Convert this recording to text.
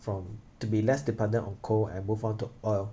from to be less dependent on coal and move on to oil